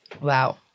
Wow